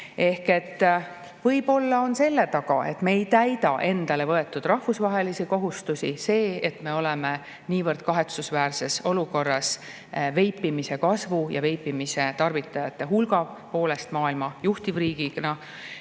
Võib-olla on selle taga, et me ei täida endale võetud rahvusvahelisi kohustusi, see, et me oleme niivõrd kahetsusväärses olukorras veipimise kasvu ja veipimise tarvitajate hulga poolest maailma juhtivriigina.